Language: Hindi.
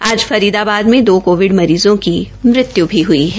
आज फरीदाबाद में दो कोविड मरीजों की मृत्य् भी हई है